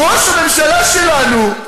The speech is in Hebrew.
ראש הממשלה שלנו,